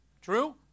True